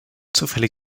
zufälle